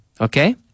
Okay